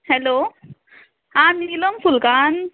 hello आं निलम फुलकान्न